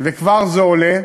זה כבר עולה,